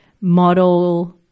model